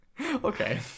Okay